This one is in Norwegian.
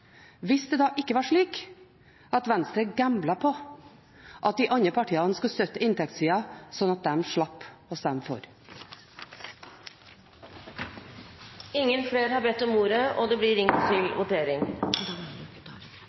hvis det da ikke var slik at Venstre gamblet på at de andre partiene skulle støtte inntektssiden, slik at de slapp å stemme for. Flere har ikke bedt om ordet til sakene nr. 1 og 2. Representanten Terje Breivik har bedt om ordet til